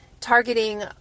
targeting